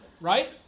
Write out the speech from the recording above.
right